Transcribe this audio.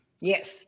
Yes